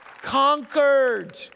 conquered